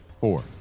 four